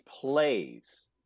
plays